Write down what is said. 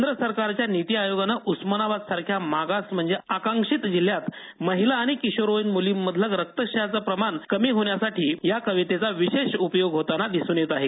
केंद्र सरकारच्या निती आयोगानं उस्मानाबादसारख्या मागास म्हणजे आकांक्षित जिल्ह्यात महिला आणि किशोरवयीन म्लींमधलं रक्तक्षयाचं प्रमाण कमी होण्यासाठी या कवितेचा उपयोग होताना दिसून येत आहे